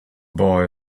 boy